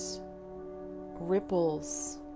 ripples